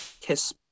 KISS